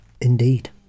indeed